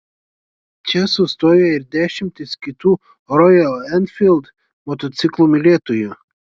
čia sustoja ir dešimtys kitų rojal enfild motociklų mylėtojų